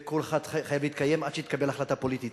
וכל אחד חייב להתקיים עד שתתקבל החלטה פוליטית,